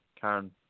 Karen